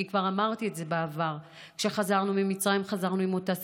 כי כבר אמרתי את זה בעבר: כשחזרנו ממצרים חזרנו עם אותה שפה,